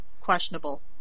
questionable